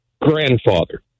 grandfather